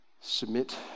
submit